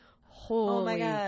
holy